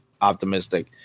optimistic